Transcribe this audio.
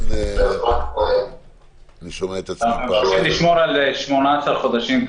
אנחנו מבקשים לשמור על 18 חודשים,